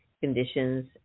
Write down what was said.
conditions